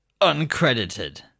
...uncredited